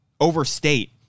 overstate